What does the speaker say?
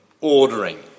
ordering